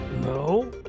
No